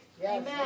Amen